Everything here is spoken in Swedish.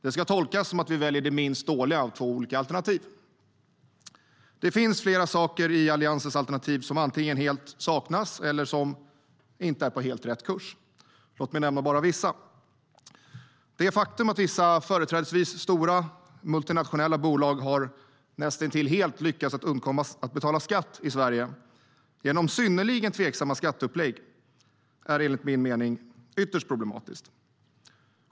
Det ska tolkas som att vi väljer det minst dåliga av två alternativ. Det finns flera saker i Alliansens alternativ som antingen helt saknas eller inte är på helt rätt kurs. Låt mig bara nämna några. Det faktum att vissa, företrädesvis stora, multinationella bolag har näst intill helt lyckats undkomma att betala skatt i Sverige genom synnerligen tveksamma skatteupplägg är enligt min mening ytterst problematiskt.